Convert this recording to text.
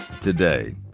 today